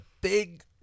big